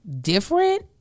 different